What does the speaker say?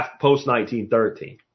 post-1913